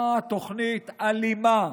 באה תוכנית אלימה,